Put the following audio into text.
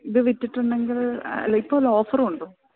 ഇതു വിറ്റിട്ടുണ്ടെങ്കില് അല്ല ഇപ്പോള് വല്ല ഓഫറും ഉണ്ടോ